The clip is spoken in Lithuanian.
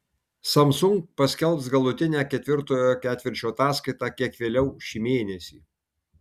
samsung paskelbs galutinę ketvirtojo ketvirčio ataskaitą kiek vėliau šį mėnesį